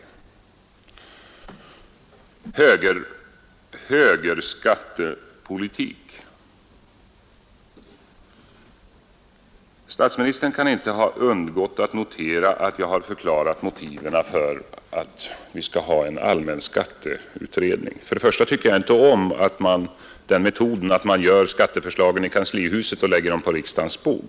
Vad sedan högerskattepolitiken beträffar kan statsministern inte ha undgått att notera att jag har förklarat motiven för att vi skall ha en allmän skatteutredning. Först och främst tycker jag inte om metoden att göra upp skatteförslagen i kanslihuset och sedan lägga dem på riksdagens bord.